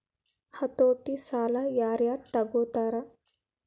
ಹತೋಟಿ ಸಾಲಾ ಯಾರ್ ಯಾರ್ ತಗೊತಾರ?